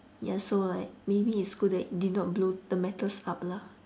yes so like maybe it's good that you did not blow the matters up lah